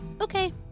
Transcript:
Okay